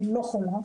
אני לא חולה,